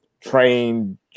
trained